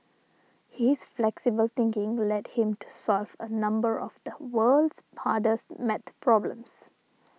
his flexible thinking led him to solve a number of the world's hardest math problems